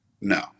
No